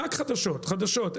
רק חדשות וחדשות,